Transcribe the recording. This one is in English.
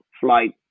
flight